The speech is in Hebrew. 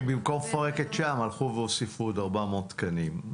במקום לפרק את שע"ם, הוסיפו עוד 400 תקנים.